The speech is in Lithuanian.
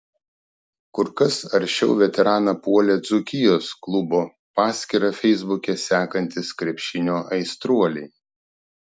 kur kas aršiau veteraną puolė dzūkijos klubo paskyrą feisbuke sekantys krepšinio aistruoliai